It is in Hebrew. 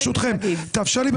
תאפשר לי,